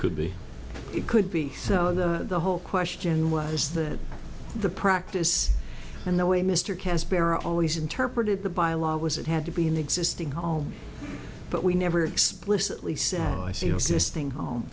could be it could be so the whole question was that the practice and the way mr casper always interpreted the bylaw was it had to be an existing home but we never explicitly